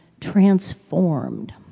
transformed